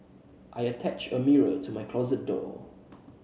I attached a mirror to my closet door